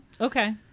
Okay